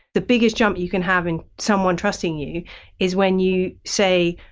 the biggest jump you can have in someone trusting you is when you say,